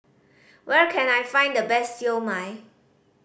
where can I find the best Siew Mai